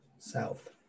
South